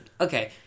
okay